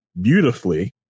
beautifully